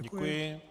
Děkuji.